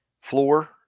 floor